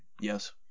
Yes